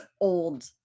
old